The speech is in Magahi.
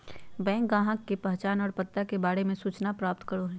बैंक ग्राहक के पहचान और पता के बारे में सूचना प्राप्त करो हइ